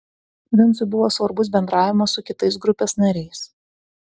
vincui buvo svarbus bendravimas su kitais grupės nariais